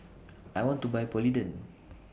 I want to Buy Polident